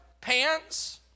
pants